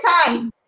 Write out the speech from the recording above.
time